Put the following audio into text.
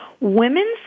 Women's